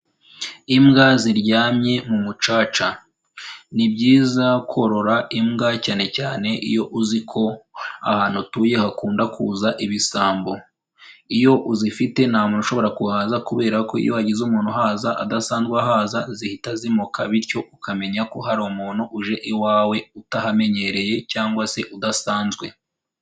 Imbwa ziryamye mu mucaca. Ni byiza korora imbwa cyane cyane iyo uzi ko ahantu utuye hakunda kuza ibisambo. Iyo uzifite ntamuntu ushobora kuhaza kubera ko iyo hagize umuntu uhaza adasanzwe ahaza, zihita zimoka bityo ukamenya ko hari umuntu uje iwawe utahamenyereye cyangwa se udasanzwe.